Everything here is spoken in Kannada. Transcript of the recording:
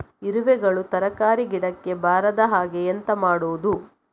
ಇರುವೆಗಳು ತರಕಾರಿ ಗಿಡಕ್ಕೆ ಬರದ ಹಾಗೆ ಎಂತ ಮಾಡುದು?